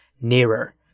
nearer